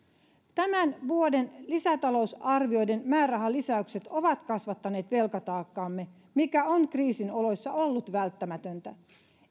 tämän vuoden lisätalousarvioiden määrärahalisäykset ovat kasvattaneet velkataakkaamme mikä on kriisin oloissa ollut välttämätöntä